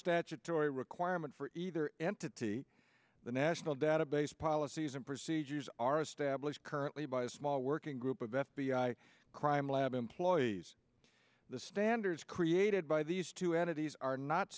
statutory requirement for either entity the national database policies and procedures are established currently by a small working group of f b i crime lab employees the standards created by these two entities are not